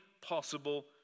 possible